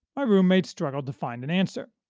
my roommate struggled to find an answer.